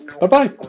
Bye-bye